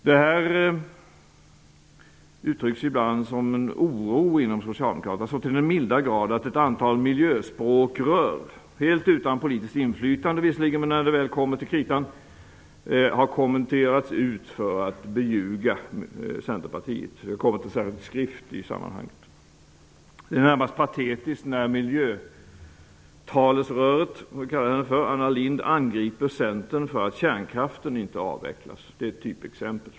Detta uttrycks ibland som en oro inom socialdemokratin, så till den milda grad att ett antal miljöspråkrör -- visserligen helt utan politiskt inflytande när det väl kommer till kritan -- har kommenderats ut för att beljuga Centerpartiet. Det har kommit en särskild skrift i sammanhanget. Det är närmast patetiskt när ''miljötalesröret'' Anna Lindh angriper Centern för att kärnkraften inte avvecklas. Det är ett typexempel.